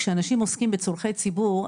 כשאנשים עוסקים בצורכי ציבור,